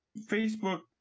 Facebook